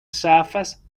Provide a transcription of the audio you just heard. surface